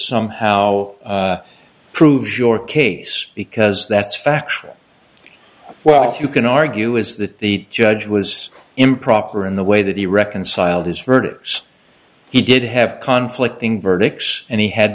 somehow proves your case because that's factual well you can argue is that the judge was improper in the way that he reconciled his verdict so he did have conflict in verdicts and he had